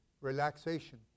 relaxation